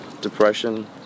depression